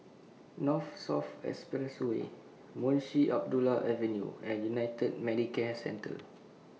North South Expressway Munshi Abdullah Avenue and United Medicare Centre